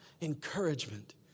encouragement